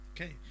okay